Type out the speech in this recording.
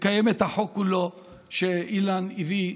לקיים את החוק שאילן הביא כולו,